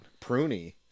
Pruny